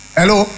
Hello